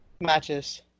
matches